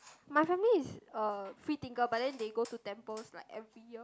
my family is a free thinker but then they go to temples like every year